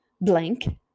blank